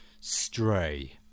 Stray